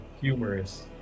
humorous